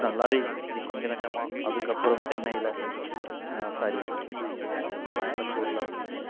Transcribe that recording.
நல்லாவே இருந்துச்சி கொஞ்சம் நஞ்சமா அதுக்கப்புறம் சென்னையில் ஸாரி சென்னை அப்படிங்கிறேன் கோயம்புத்தூரில் வந்துட்டு